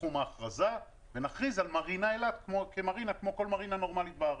מתחום ההכרזה ונכריז על מרינה אילת כמו כל מרינה נורמלית בארץ.